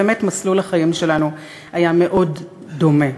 באמת מסלולי החיים שלנו היו מאוד דומים: